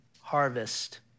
harvest